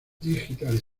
digital